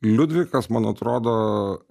liudvikas man atrodo